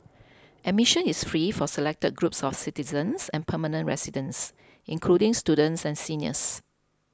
admission is free for selected groups of citizens and permanent residents including students and seniors